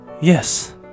Yes